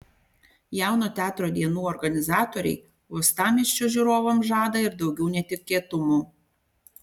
jauno teatro dienų organizatoriai uostamiesčio žiūrovams žada ir daugiau netikėtumų